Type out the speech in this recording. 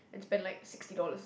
it's spent like sixty dollars